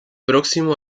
próximo